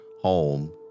home